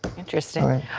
interesting.